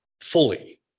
fully